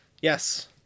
yes